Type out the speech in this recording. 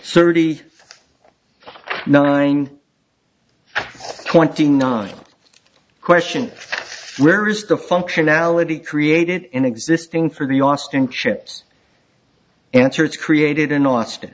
thirty nine twenty nine question where is the functionality created in existing for the austin chips answer it's created in austin